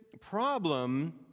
problem